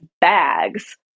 bags